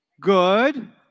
good